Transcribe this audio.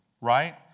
Right